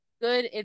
good